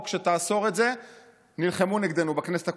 שתאסור את זה נלחמו נגדנו בכנסת הקודמת.